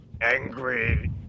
Angry